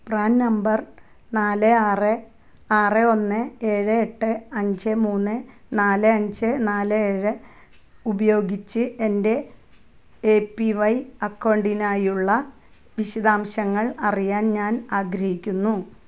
PRAN number നാല് ആറ് ആറ് ഒന്ന് ഏഴ് എട്ട് അഞ്ച് മൂന്ന് നാല് അഞ്ച് നാല് ഏഴ് ഉപയോഗിച്ച് എൻ്റെ എ പി വൈ അക്കൗണ്ടിനായുള്ള വിശദാംശങ്ങൾ അറിയാൻ ഞാൻ ആഗ്രഹിക്കുന്നു